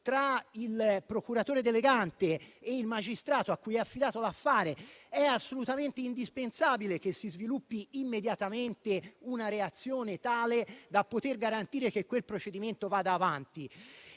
tra il procuratore delegante e il magistrato a cui è affidato l'affare. È assolutamente indispensabile che si sviluppi immediatamente una reazione tale da garantire che quel procedimento vada avanti.